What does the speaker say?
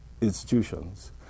institutions